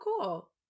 cool